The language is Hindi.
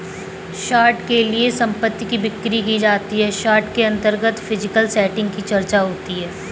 शॉर्ट के लिए संपत्ति की बिक्री की जाती है शॉर्ट के अंतर्गत फिजिकल सेटिंग की चर्चा होती है